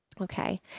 Okay